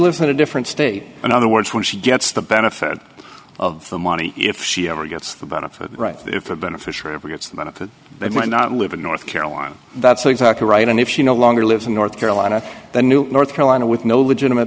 lives in a different state in other words when she gets the benefit of the money if she ever gets the benefit right if a beneficiary of perhaps the benefit it might not live in north carolina that's exactly right and if she no longer lives in north carolina the new north carolina with no legitimate